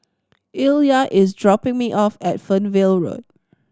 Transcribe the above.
Illya is dropping me off at Fernvale Road